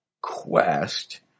quest